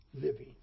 living